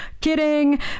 Kidding